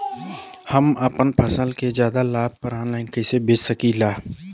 हम अपना फसल के ज्यादा लाभ पर ऑनलाइन कइसे बेच सकीला?